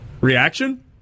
Reaction